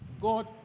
God